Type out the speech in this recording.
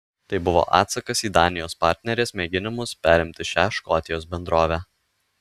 tai buvo atsakas į danijos partnerės mėginimus perimti šią škotijos bendrovę